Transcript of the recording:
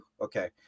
okay